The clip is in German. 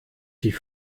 die